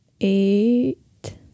Eight